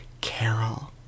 Carol